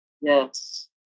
Yes